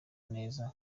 neza